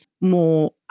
more